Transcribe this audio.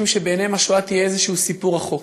שבעיניהם השואה תהיה איזשהו סיפור רחוק.